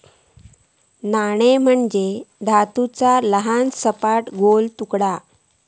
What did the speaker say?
नाणो म्हणजे धातूचो लहान, सपाट, गोल तुकडो